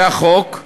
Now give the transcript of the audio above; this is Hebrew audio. זה החוק,